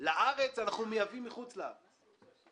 לארץ אנחנו מייבאים מחוץ לארץ,